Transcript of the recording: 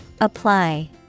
Apply